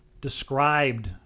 described